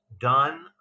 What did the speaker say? done